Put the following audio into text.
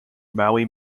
maui